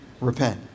Repent